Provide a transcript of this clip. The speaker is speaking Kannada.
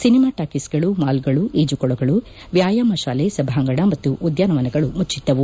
ಸಿನಿಮಾ ಟಾಕೀಸುಗಳು ಮಾಲ್ಗಳು ಈಜು ಕೊಳಗಳು ವ್ಯಾಯಾಮ ಶಾಲೆ ಸಭಾಂಗಣ ಮತ್ತು ಉದ್ಯಾನವನಗಳು ಮುಚ್ಚಿದ್ದವು